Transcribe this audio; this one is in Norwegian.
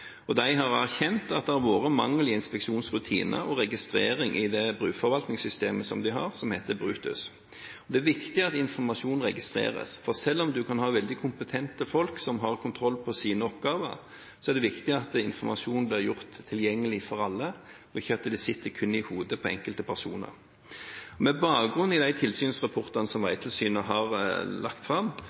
i det bruforvaltningssystemet de har, som heter Brutus. Det er viktig at informasjon registreres, for selv om en kan ha veldig kompetente folk, som har kontroll på sine oppgaver, er det viktig at informasjonen blir gjort tilgjengelig for alle, og at det ikke kun sitter i hodet på enkelte personer. Med bakgrunn i de tilsynsrapportene som Vegtilsynet har lagt fram,